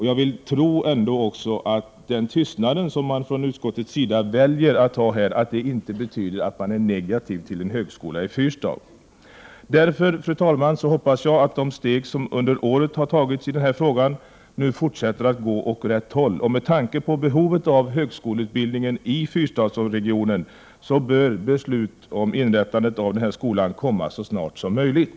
Jag vill tro att utskottets tystnad på denna punkt inte betyder att man är negativ till en högskola i Fyrstad. Fru talman! Jag hoppas därför att de steg som har tagits under året i denna fråga kommer att fortsätta att driva utvecklingen åt rätt håll. Med tanke på behovet av högskoleutbildning i Fyrstadsregionen bör beslut om inrättande av denna skola komma så snart som möjligt.